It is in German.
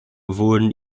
wurden